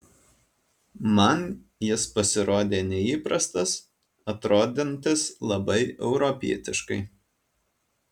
man jis pasirodė neįprastas atrodantis labai europietiškai